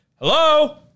hello